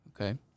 Okay